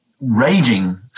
raging